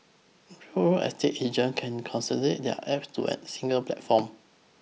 real estate agents can consolidate their apps to a single platform